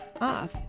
off